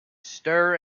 stir